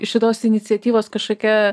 šitos iniciatyvos kažkokia